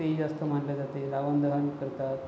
तेही जास्त मानल्या जाते रावण दहन करतात